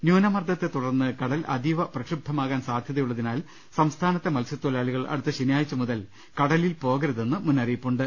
ന്യൂനമർദ്ദത്തെ തുടർന്ന് കടൽ അതീവ പ്രക്ഷുബ്പമാകുവാൻ സാധ്യത്യുള്ളതിനാൽ സംസ്ഥാനത്തെ മത്സ്യത്തൊഴിലാളികൾ അടുത്ത ശനിയാഴ്ച മുതൽ കടലിൽ പോക രുതെന്നും മുന്നറിയിപ്പുണ്ട്